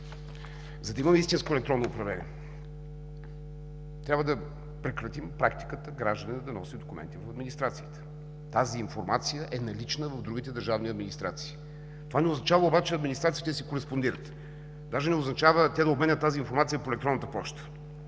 За да имаме истинско електронно управление, трябва да прекратим практиката гражданинът да носи документи в администрацията! Тази информация е налична в другите държавни администрации. Това не означава обаче администрациите да си кореспондират, даже не означава те да отменят тази информация по електронната поща.